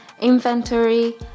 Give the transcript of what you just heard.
inventory